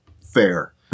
fair